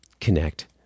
connect